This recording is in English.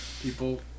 people